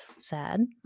sad